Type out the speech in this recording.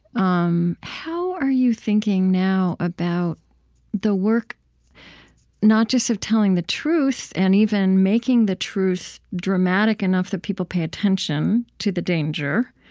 um how are you thinking now about the work not just of telling the truth and even making the truth dramatic enough that people pay attention to the danger,